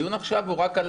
הדיון עכשיו הוא רק על